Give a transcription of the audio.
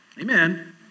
Amen